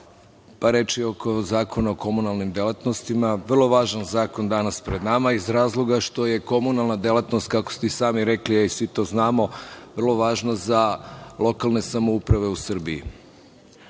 par reči oko Zakona o komunalnim delatnostima. To je vrlo važan zakon koji je danas pred nama, iz razloga što je komunalna delatnost, kako ste i sami rekli, a i svi to znamo, vrlo važna za lokalne samouprave u Srbiji.